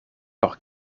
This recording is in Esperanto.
por